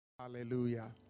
hallelujah